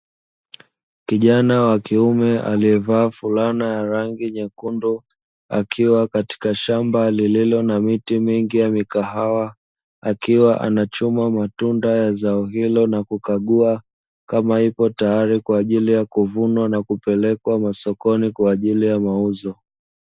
Kijana wa kiume aliyevaa fulana ya rangi nyekundu, akiwa katika shamba lililo na miti mingi ya mikahawa, akiwa anachuma matunda ya zao hilo na kukagua kama ipo tayari, kwa ajili ya kuvunwa na kupelekwa masokoni kwa ajili ya mauzo.